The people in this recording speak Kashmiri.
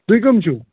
تۄہہِ کٕم چھِو